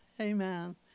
Amen